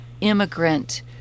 immigrant